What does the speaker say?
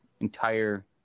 entire—